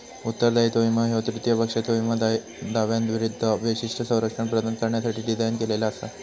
उत्तरदायित्व विमो ह्यो तृतीय पक्षाच्यो विमो दाव्यांविरूद्ध विशिष्ट संरक्षण प्रदान करण्यासाठी डिझाइन केलेला असा